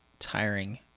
tiring